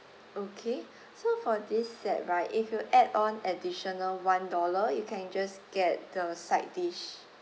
okay so for this set right if you add on additional one dollar you can just get the side dish